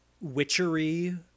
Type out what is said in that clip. Witchery